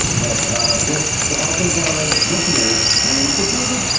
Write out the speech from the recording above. but ah with the help of our listeners. and this was a,